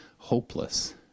hopeless